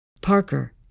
Parker